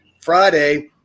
Friday